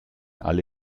alle